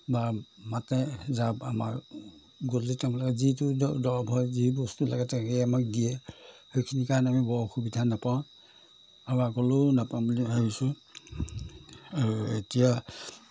বা মাতে যা আমাৰ গধূলি তেওঁলোকে যিটো দ দৰৱ হয় যি বস্তু লাগে সেয়ে আমাক দিয়ে সেইখিনিৰ কাৰণে আমি বৰ অসুবিধা নাপাওঁ আৰু আগলৈও নাপাওঁ বুলি ভাবিছোঁ আৰু এতিয়া